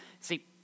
See